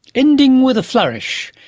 ending with a flourish.